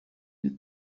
you